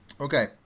Okay